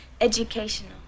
educational